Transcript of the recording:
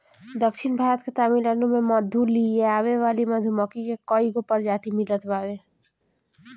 दक्षिण भारत के तमिलनाडु में मधु लियावे वाली मधुमक्खी के कईगो प्रजाति मिलत बावे